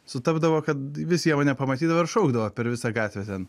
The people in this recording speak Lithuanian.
sutapdavo kad vis jie mane pamatydavo šaukdavo per visą gatvę ten